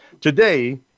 Today